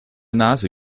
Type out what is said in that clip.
nase